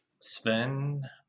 Sven